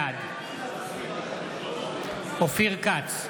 בעד אופיר כץ,